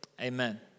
amen